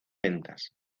ventas